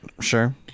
Sure